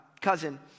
cousin